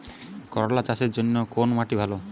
করলা চাষের জন্য কোন মাটি ভালো?